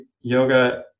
yoga